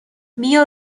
بیا